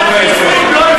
אבל מה הדחיפות?